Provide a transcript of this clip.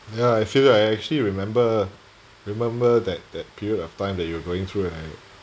ya I feel that I actually remember remember that that period of time that you were going through like